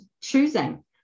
choosing